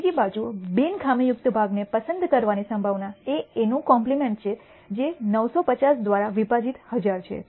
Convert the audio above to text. બીજી બાજુ બિન ખામીયુક્ત ભાગને પસંદ કરવાની સંભાવના એ એનું કોમ્પલિમેન્ટ છે જે 950 દ્વારા વિભાજિત 1000 છે